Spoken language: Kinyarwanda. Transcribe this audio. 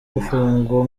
gufungwa